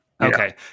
Okay